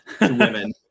women